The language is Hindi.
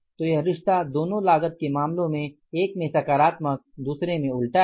तो यह रिश्ता दोनों लागत के मामले में एक में सकारात्मक और दुसरे में उलटा है